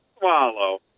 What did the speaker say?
swallow